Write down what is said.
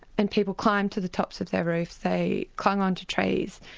and people climbed to the tops of their roofs, they climbed on to trees,